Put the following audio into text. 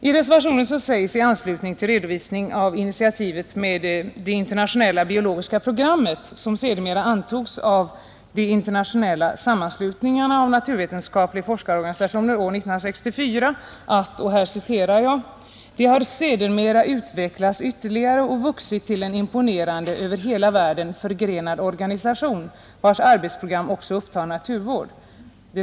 I reservationen sägs i anslutning till redovisningen av initiativet med det internationella och biologiska programmet, som antogs av de internationella sammanslutningarna av naturvetenskapliga forskarorganisationer år 1964, att ”det har sedermera utvecklats ytterligare och vuxit till en imponerande över hela världen förgrenad organisation, vars arbetsprogram också upptar naturvård”.